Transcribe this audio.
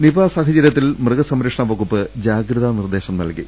Nipah സാഹചര്യത്തിൽ മൃഗസംരക്ഷണ വകുപ്പ് ജാഗ്രതാ നിർദ്ദേശം നൽകി